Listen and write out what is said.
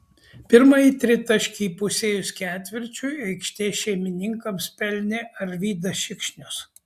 pirmąjį tritaškį įpusėjus ketvirčiui aikštės šeimininkams pelnė arvydas šikšnius